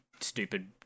stupid